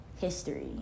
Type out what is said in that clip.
history